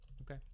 Okay